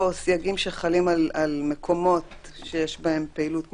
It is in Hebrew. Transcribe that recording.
סייגים שחלים על מקומות שיש בהם פעילות,